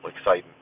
exciting